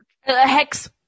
Hex